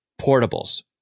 Portables